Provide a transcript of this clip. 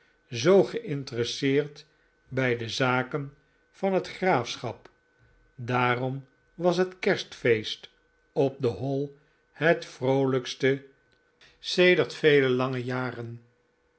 zoo gei'nteresseerd bij de zaken van het graafschap daarom was het kerstfeest op de hall het vroolijkste sedert vele lange jaren